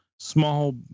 small